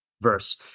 verse